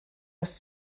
dass